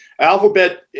Alphabet